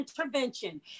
Intervention